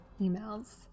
emails